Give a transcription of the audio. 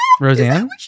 Roseanne